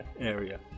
area